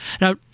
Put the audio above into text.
Now